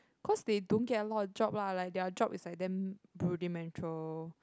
because they don't get a lot of job lah their job is like damn rudimental